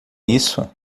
isso